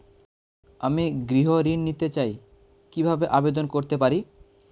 আমি গৃহ ঋণ নিতে চাই কিভাবে আবেদন করতে পারি?